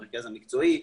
המרכז המקצועי,